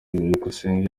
byukusenge